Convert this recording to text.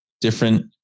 different